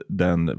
den